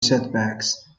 setbacks